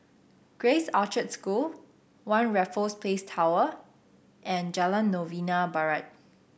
Grace Orchard School One Raffles Place Tower and Jalan Novena Barat